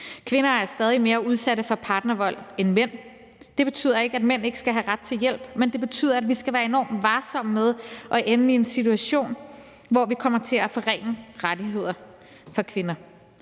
Kvinder er stadig mere udsatte for partnervold end mænd. Det betyder ikke, at mænd ikke skal have ret til hjælp, men det betyder, at vi skal være enormt varsomme med ikke at ende i en situation, hvor vi kommer til at forringe rettigheder for kvinder.